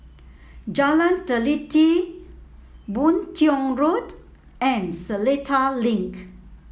Jalan Teliti Boon Tiong Road and Seletar Link